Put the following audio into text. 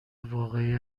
واقعی